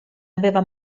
aveva